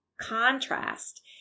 contrast